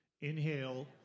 Inhale